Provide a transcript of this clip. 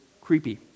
creepy